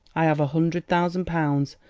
i have a hundred thousand pounds,